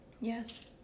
Yes